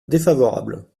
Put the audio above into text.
défavorable